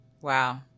wow